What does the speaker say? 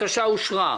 הבקשה אושרה.